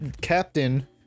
captain